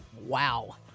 Wow